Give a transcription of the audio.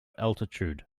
altitude